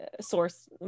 source